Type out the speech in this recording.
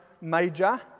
major